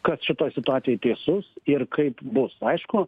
kas šitoj situacijoj teisus ir kaip bus aišku